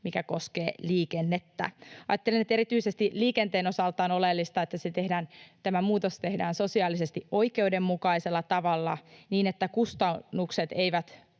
mikä koskee liikennettä. Ajattelen, että erityisesti liikenteen osalta on oleellista, että tämä muutos tehdään sosiaalisesti oikeudenmukaisella tavalla, niin että kustannukset eivät